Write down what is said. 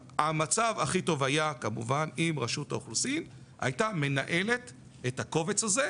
המצב הכי טוב היה כמובן אם רשות האוכלוסין הייתה מנהלת את הקובץ הזה,